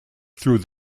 through